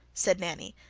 said nanny.